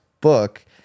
book